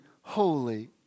holy